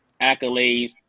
accolades